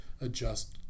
adjust